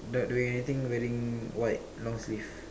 not doing anything wearing white long sleeve